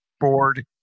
board